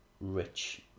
rich